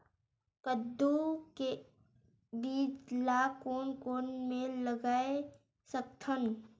कददू के बीज ला कोन कोन मेर लगय सकथन?